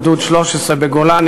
גדוד 13 בגולני,